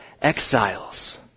exiles